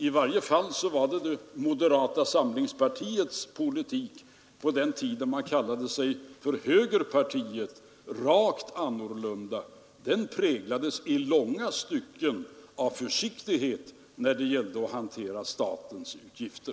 I varje fall var moderaternas politik på den tiden då man kallade sig högerpartiet den rakt motsatta; den präglades i långa stycken av försiktighet när det gällde att hantera statens utgifter.